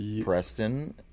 Preston